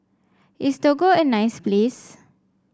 is Togo a nice place